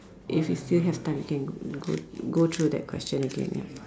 if we still have time we can go go through that question again